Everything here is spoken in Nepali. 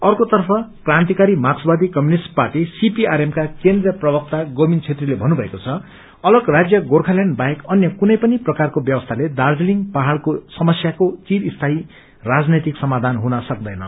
अर्कोतर्फ कान्तिकारी माकर्सवादी कम्युनिष्ट पार्टी सीपीआरएम का केन्द्रिय प्रक्ता गोविन्द छेत्री अलग राज्य गोर्खाल्याण्ड बाहेक अन्य कुनै पनि प्रकारको व्यवस्थाले दार्जीलिङ पहाइको समस्याको चिरस्यायी राजनैतिक समाधन हुन सम्दैन